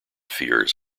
fears